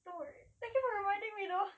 don't worry thank you for reminding me though